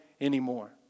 anymore